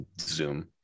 zoom